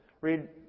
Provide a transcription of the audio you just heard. Read